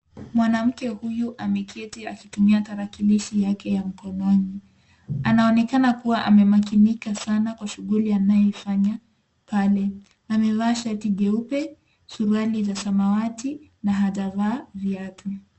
Mwanamke huyu ameketi akitumia tarakilishi yake ya mkononi. Anaonekana kuwa amemakinika sana kwa shughuli anayofanya pale. Amevaa shati jeupe, suruali la samawati na hajavaa viatu.